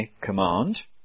command